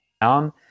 down